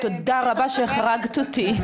תודה רבה, שהחרגת אותי.